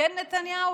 "כן נתניהו,